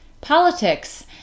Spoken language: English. politics